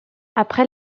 après